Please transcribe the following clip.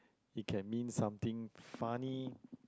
it can means something funny